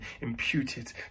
imputed